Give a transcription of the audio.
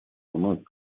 вновь